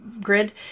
grid